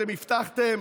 אתם הבטחתם